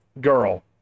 girl